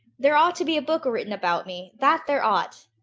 there ought to be a book written about me, that there ought!